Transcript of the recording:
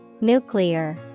Nuclear